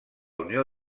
unió